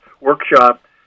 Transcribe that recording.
workshop